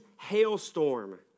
hailstorm